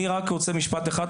אני רק רוצה משפט אחד,